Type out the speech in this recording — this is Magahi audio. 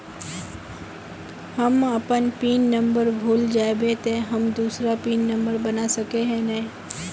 हम अपन पिन नंबर भूल जयबे ते हम दूसरा पिन नंबर बना सके है नय?